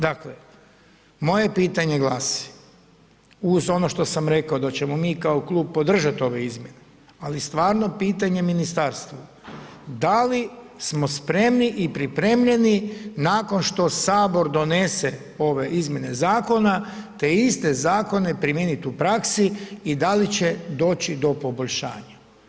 Dakle moje pitanje glasi uz ono što sam rekao da ćemo mi kao klub podržati ove izmjene ali stvarno pitanje ministarstvu da li smo spremni i pripremljeni nakon što Sabor donese ove izmjene zakona te iste zakone primijeniti u praksi i da li će doći do poboljšanja?